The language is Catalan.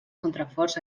contraforts